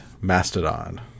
mastodon